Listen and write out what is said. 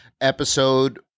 episode